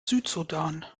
südsudan